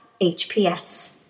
hps